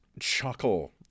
chuckle